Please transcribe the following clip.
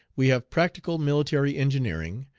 we have practical military engineering,